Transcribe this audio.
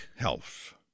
Health